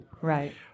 Right